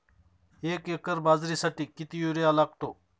एक एकर बाजरीसाठी किती युरिया लागतो?